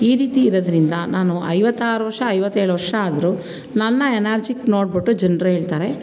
ಈ ರೀತಿ ಇರೋದರಿಂದ ನಾನು ಐವತ್ತಾರು ವರ್ಷ ಐವತ್ತೇಳು ವರ್ಷ ಆದರೂ ನನ್ನ ಎನರ್ಜಿಕ್ ನೋಡಿಬಿಟ್ಟು ಜನರು ಹೇಳ್ತಾರೆ